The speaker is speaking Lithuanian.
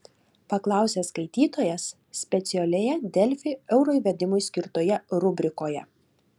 paklausė skaitytojas specialioje delfi euro įvedimui skirtoje rubrikoje